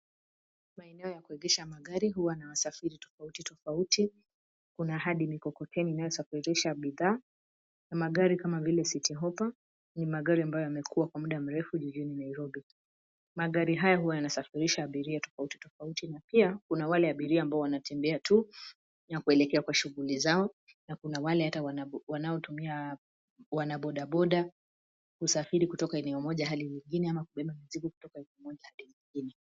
Maeneo ya kuegesha magari huwa na wasafiri tofauti tofauti. Kuna hadi mikokoteni inayosafirisha bidhaa, na magari kama vile City Hopper, ni magari ambayo yamekuwa kwa muda mrefu jijini Nairobi. Magari haya huwa yanasafirisha abiria tofauti tofauti, na pia, kuna wale abiria ambao wanatembea tu, na kuelekea kwa shughuli zao, na kuna wale hata wanaotumia wanabodaboda, kusafiri kutoka eneo moja hadi nyingine, ama kubeba mizigo kutoka eneo moja hadi nyingine.